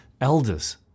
elders